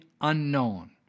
unknown